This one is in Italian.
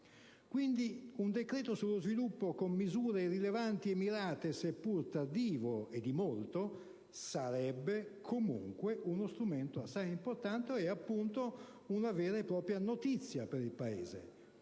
Quindi, un decreto sullo sviluppo con misure rilevanti e mirate - seppur tardivo e di molto - sarebbe comunque uno strumento assai importante ed una vera e propria notizia per il Paese,